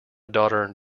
daughter